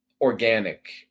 organic